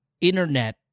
internet